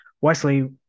Wesley